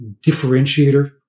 differentiator